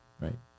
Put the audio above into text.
right